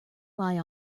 lie